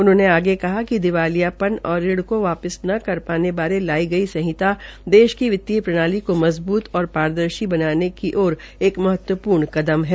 उन्होंने आगे कहा कि दिवालयपन और ऋण केा वापिस न कर पाने बारे लाई गई संहिता देश की वितीय प्रणाली को मजबूत और पारदर्शी बनाने की ओर एक महत्वपूर्ण कदम है